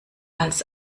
als